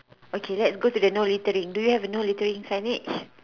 okay let's go to the no littering do you have the no littering signage